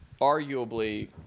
arguably